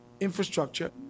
infrastructure